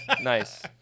Nice